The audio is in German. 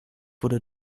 wurde